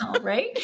right